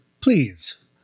please